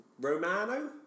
Romano